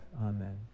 Amen